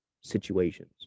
situations